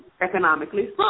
economically